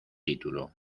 título